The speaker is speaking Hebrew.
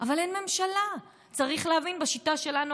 בואו תעזרו לי.